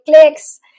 clicks